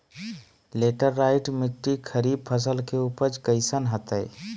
Laterite मिट्टी खरीफ फसल के उपज कईसन हतय?